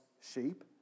sheep